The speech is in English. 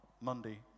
Monday